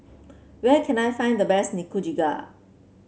where can I find the best Nikujaga